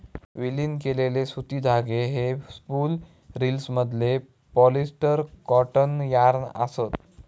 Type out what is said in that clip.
विलीन केलेले सुती धागे हे स्पूल रिल्समधले पॉलिस्टर कॉटन यार्न असत